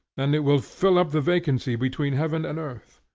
and it will fill up the vacancy between heaven and earth.